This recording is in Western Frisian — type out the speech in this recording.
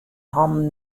hannen